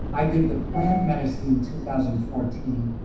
i did the plant medicine in two thousand fourteen,